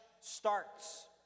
starts